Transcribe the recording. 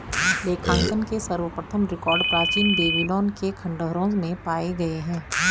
लेखांकन के सर्वप्रथम रिकॉर्ड प्राचीन बेबीलोन के खंडहरों में पाए गए हैं